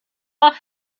off